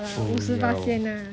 不要